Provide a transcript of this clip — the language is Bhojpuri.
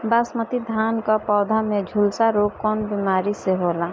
बासमती धान क पौधा में झुलसा रोग कौन बिमारी से होला?